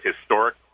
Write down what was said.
historic